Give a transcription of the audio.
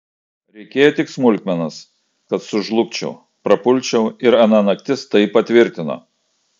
reikėjo tik smulkmenos kad sužlugčiau prapulčiau ir ana naktis tai patvirtino